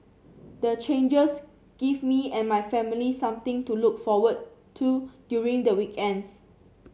the changes give me and my family something to look forward to during the weekends